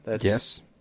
Yes